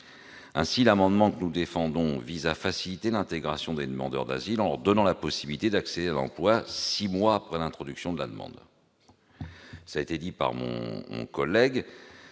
Aussi, l'amendement que nous défendons vise à faciliter l'intégration des demandeurs d'asile en leur donnant la possibilité d'accéder à l'emploi six mois après l'introduction de leur demande. Je pense que